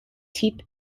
tip